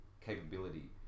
capability